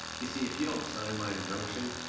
you see, if you don't sign my injunction,